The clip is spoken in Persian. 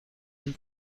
این